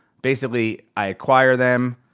basically, i acquire them.